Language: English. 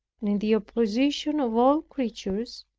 and in the opposition of all creatures,